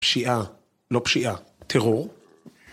‫פשיעה, לא פשיעה, טרור.